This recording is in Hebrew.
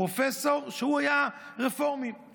פרופסור שהוא היה רפורמי,